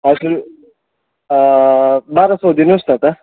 हजुर बाह्र सौ दिनुहोस् न त